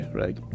right